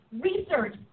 research